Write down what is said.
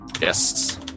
Yes